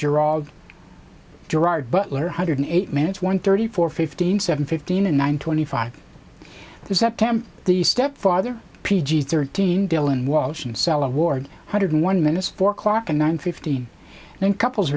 gerard gerard butler hundred eight minutes one thirty four fifteen seven fifteen and nine twenty five this september the stepfather p g thirteen dylan walsh and sela ward hundred one minutes four o'clock and nine fifteen in couples